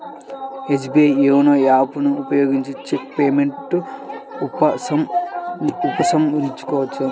SBI YONO app ను ఉపయోగించిన cheque payment ఉపసంహరించుకోవచ్చు